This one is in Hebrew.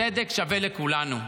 צדק שווה לכולנו.